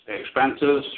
expenses